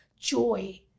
joy